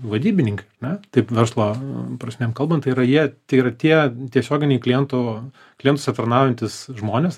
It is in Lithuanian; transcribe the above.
vadybininkai ar ne taip verslo prasmėm kalbant tai yra jie tie yra tie tiesioginiai klientų klientus aptarnaujantys žmonės